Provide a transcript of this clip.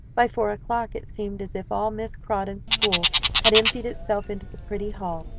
by four o'clock it seemed as if all miss crawdon's school had emptied itself into the pretty hall,